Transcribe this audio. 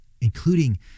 including